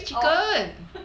oh